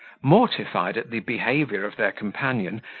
mortified at the behaviour of their companion,